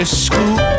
school